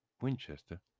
Winchester